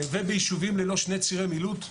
ובישובים ללא שני צירי מילוט,